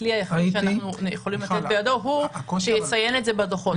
הכלי היחיד שאנחנו יכולים לתת בידו הוא שיציין את זה בדוחות.